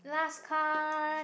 last card